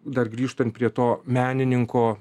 dar grįžtant prie to menininko